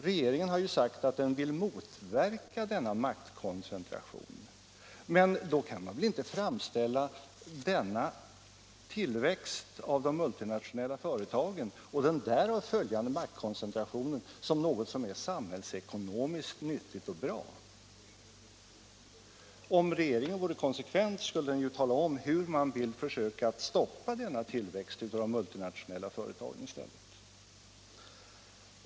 Regeringen har ju sagt att den vill motverka denna maktkoncentration, men då kan man väl inte framställa tillväxten av de multinationella företagen och den därav följande maktkoncentrationen som något som är samhällsekonomiskt nyttigt och bra! Om regeringen vore konsekvent, skulle den i stället tala om hur den vill försöka stoppa denna tillväxt av de multinationella företagen.